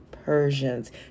persians